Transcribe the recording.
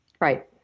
Right